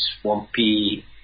swampy